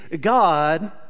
God